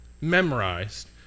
memorized